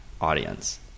audience